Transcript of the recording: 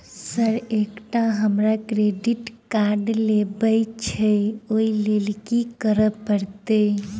Sir एकटा हमरा credit card लेबकै छैय ओई लैल की करऽ परतै?